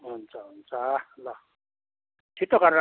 हुन्छ हुन्छ ल छिट्टो गरेर